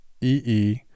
E-E